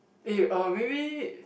eh uh maybe